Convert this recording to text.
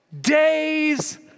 Days